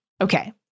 Okay